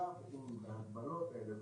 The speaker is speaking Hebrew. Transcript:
עם ההגבלות האלה,